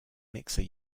mixer